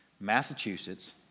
Massachusetts